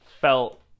felt